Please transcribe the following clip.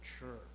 mature